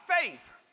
faith